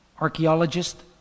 archaeologist